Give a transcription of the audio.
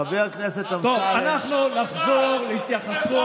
חבורת קוזקים נגזלים, התביישת.